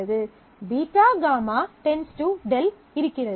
β γ → δ இருக்கிறது